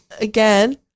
again